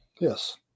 Yes